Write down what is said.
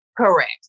Correct